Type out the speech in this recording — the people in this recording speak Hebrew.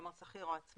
כלומר שכיר או עצמאי,